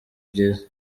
byiza